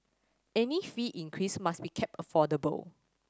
any fee increase must be kept affordable